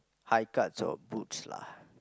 high cuts or boots lah